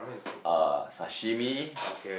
uh sashimi